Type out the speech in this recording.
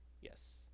Yes